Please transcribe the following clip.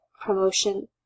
promotion